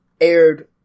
aired